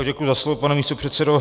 Děkuji za slovo, pane místopředsedo.